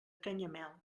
canyamel